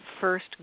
first